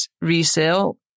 resale